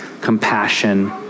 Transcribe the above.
compassion